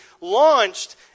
launched